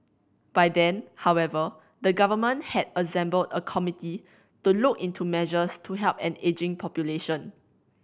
by then however the government had assembled a committee to look into measures to help an ageing population